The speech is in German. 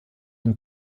den